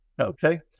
Okay